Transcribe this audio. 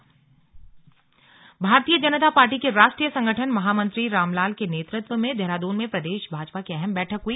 slug BJP बैठक भारतीय जनता पार्टी के राष्ट्रीय संगठन महामंत्री रामलाल के नेतृत्व में देहरादून में प्रदेश भाजपा की अहम बैठक हुई